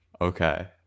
Okay